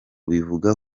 bivuga